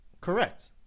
Correct